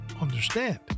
understand